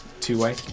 two-way